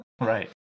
right